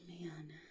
man